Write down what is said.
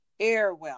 Airwell